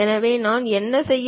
எனவே நான் என்ன செய்ய வேண்டும்